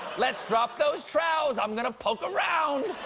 let's drop those trou's, i'm gonna poke around!